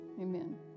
amen